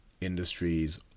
industries